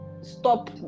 stop